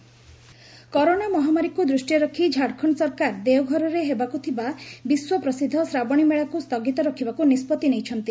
Jharkhand ଶ୍ରାବଣୀମେଳା corona ମହାମାରୀକୁ ଦୃଷ୍ଟିରେ ରଖି ଝାଡ଼ଖଣ୍ଡ ସରକାର ଦେଓଘରରେ ହେବାକୁ ଥିବା ବିଶ୍ୱପ୍ରସିଦ୍ଧ ଶ୍ରାବଣୀମେଳାକୁ ସ୍ଥଗିତ ରଖିବାକୁ ନିଷ୍ପଭି ନେଇଛନ୍ତି